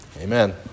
Amen